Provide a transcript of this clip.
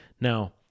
Now